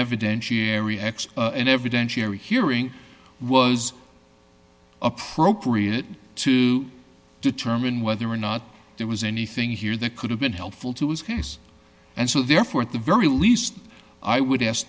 x in every dense area hearing was appropriate to determine whether or not there was anything here that could have been helpful to his case and so therefore at the very least i would ask